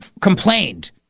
complained